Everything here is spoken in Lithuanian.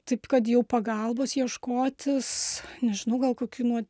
taip kad jau pagalbos ieškotis nežinau gal kokių nuo